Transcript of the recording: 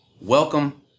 Welcome